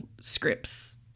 scripts